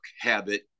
habit